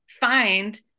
find